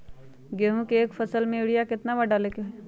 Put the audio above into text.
गेंहू के एक फसल में यूरिया केतना बार डाले के होई?